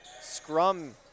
scrum